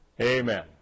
Amen